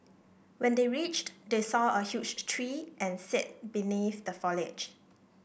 when they reached they saw a huge tree and sat beneath the foliage